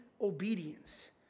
obedience